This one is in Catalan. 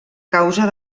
causa